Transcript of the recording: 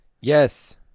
Yes